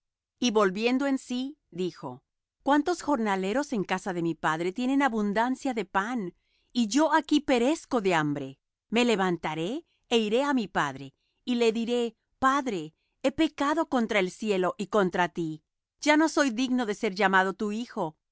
y volviendo en sí dijo cuántos jornaleros en casa de mi padre tienen abundancia de pan y yo aquí perezco de hambre me levantaré é iré á mi padre y le diré padre he pecado contra el cielo y contra ti ya no soy digno de ser llamado tu hijo